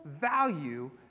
value